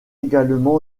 également